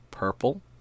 purple